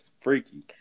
freaky